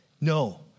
No